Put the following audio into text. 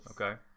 Okay